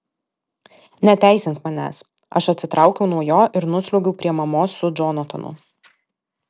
neteisink manęs aš atsitraukiau nuo jo ir nusliuogiau prie mamos su džonatanu